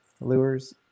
lures